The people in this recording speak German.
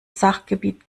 sachgebiet